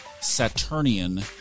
Saturnian